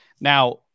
now